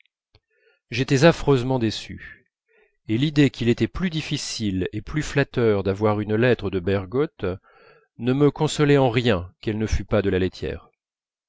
j'étais affreusement déçu et l'idée qu'il était plus difficile et plus flatteur d'avoir une lettre de bergotte ne me consolait en rien qu'elle ne fût pas de la laitière